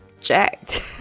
jacked